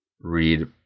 read